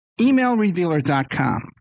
emailrevealer.com